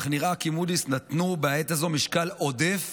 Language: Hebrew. אך נראה כי מודי'ס נתנו בעת הזו משקל עודף